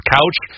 Couch